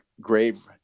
grave